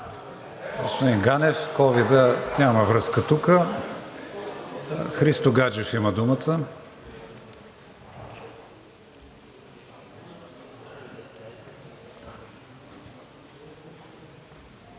Христо Гаджев има думата.